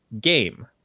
game